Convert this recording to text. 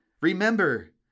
Remember